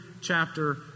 chapter